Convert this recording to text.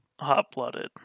hot-blooded